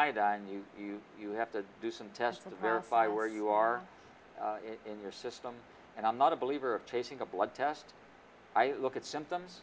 iodine you you you have to do some test of verify where you are in your system and i'm not a believer of taking a blood test i look at symptoms